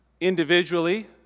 individually